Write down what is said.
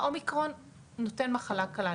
האומיקרון נותן מחלה קלה,